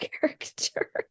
character